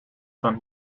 van